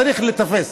צריך להיתפס.